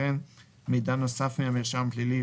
וכן מידע נוסף מהמרשם הפלילי,